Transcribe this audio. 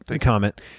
comment